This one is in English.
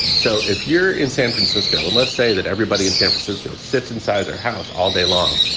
so if you're in san francisco and let's say that everybody in san francisco sits inside their house all day long,